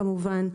כמובן,